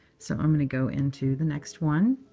so i'm going to go into the next one.